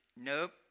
Nope